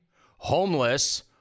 homeless